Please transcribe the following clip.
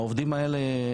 העובדים האלה,